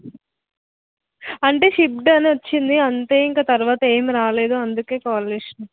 అంటే షిప్డ్ అని వచ్చింది అంతే ఇంక తర్వాత ఏం రాలేదు అందుకే కాల్ చేశాను